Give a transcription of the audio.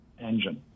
engine